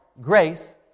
grace